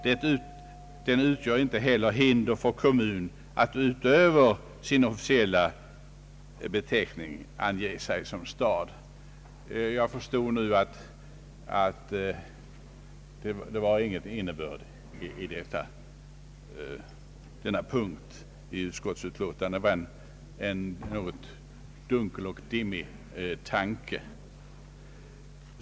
Där står: »Den utgör inte heller hinder för kommun att utöver sin officiella beteckning ange sig som stad ———.» Jag förstår nu att denna punkt i utskottsutlåtandet inte hade någon klar innebörd — den var bara en något dunkel och dimmig tanke.